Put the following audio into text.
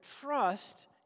trust